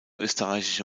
österreichische